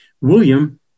William